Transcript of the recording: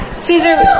Caesar